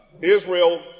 Israel